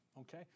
Okay